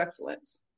succulents